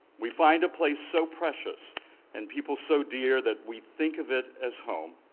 we find a place so precious and people so dear that we think of it as home.